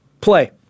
play